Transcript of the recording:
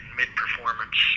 mid-performance